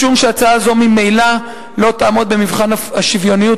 משום שהצעה זו ממילא לא תעמוד במבחן השוויוניות,